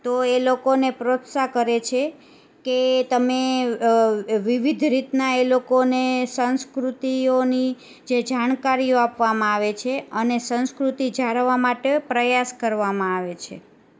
તો એ લોકોને પ્રોત્સાહિત કરે છે કે તમે વિવિધ રીતના એ લોકોને સંસ્કૃતિઓની જે જાણકારીઓ આપવામાં આવે છે અને સંસ્કૃતિ જાળવવા માટે પ્રયાસ કરવામાં આવે છે